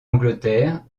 angleterre